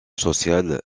sociale